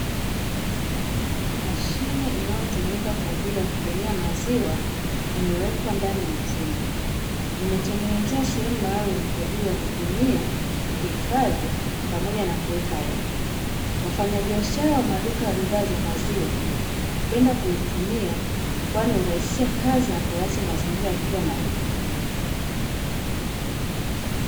Mashine inayotumika kwa ajili ya kupimia maziwa imewekwa ndani ya chumba imetengenezewa sehemu maalumu kwa ajili ya kupimia, kuhifadhi pamoja na kuweka hela. Wafanyabiashara wa maduka ya bidhaa za maziwa hupenda kuitumia kwani hurahisisha kazi na kuacha mazingira yakiwa nadhifu.